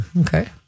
Okay